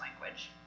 language